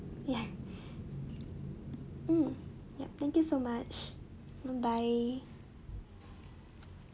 ya mm yup thank you so much um bye